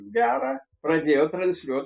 gerą pradėjo transliuot